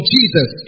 Jesus